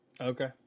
Okay